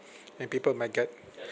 and people might get